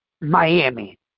Miami